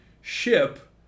ship